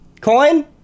Coin